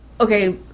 okay